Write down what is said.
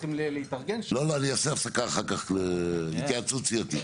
אני אעשה אחר הפסקה להתייעצות סיעתית.